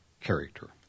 character